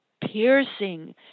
piercing